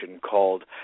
called